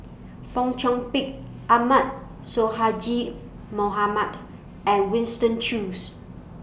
Fong Chong Pik Ahmad Sonhadji Mohamad and Winston Choos